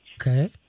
Okay